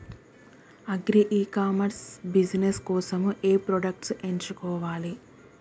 Agri e commerce business కోసము ఏ products ఎంచుకోవాలి?